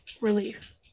Relief